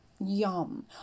Yum